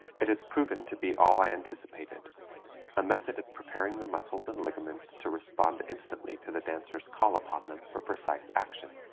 it has proven to be all i anticipated a method of preparing the muscles and ligaments to respond instantly to the dancer's call upon them for precise action.